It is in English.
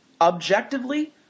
objectively